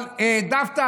אבל העדפת,